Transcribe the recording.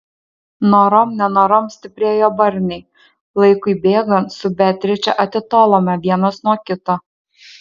norom nenorom stiprėjo barniai laikui bėgant su beatriče atitolome vienas nuo kito